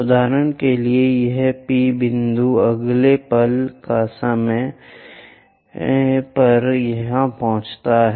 उदाहरण के लिए यह P बिंदु अगले पल का समय वहां कहीं पहुंच जाता है